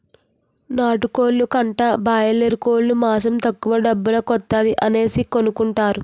నాటుకోలు కంటా బాయలేరుకోలు మాసం తక్కువ డబ్బుల కొత్తాది అనేసి కొనుకుంటారు